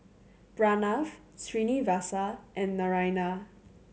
Pranav Srinivasa and Naraina